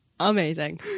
Amazing